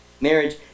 Marriage